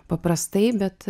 paprastai bet